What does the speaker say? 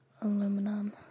aluminum